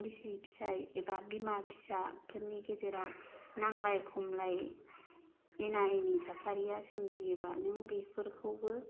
बिसि फिसाय एबा बिमा फिसाफोरनि गेजेराव नांज्लाय खमलाय एना एनि थासारिया सोमजियोब्ला नों बेफोरखौबो